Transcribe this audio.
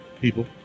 people